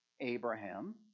Abraham